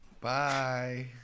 Bye